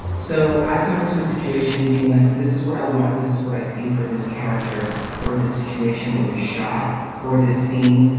so i come into a situation being like, this is what i want. this is what i see for this character or this situation or this shot or this scene.